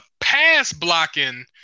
pass-blocking